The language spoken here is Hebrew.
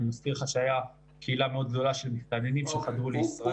אני מזכיר לך שהייתה קהילה מאוד גדולה של מסתננים שחדרו לישראל.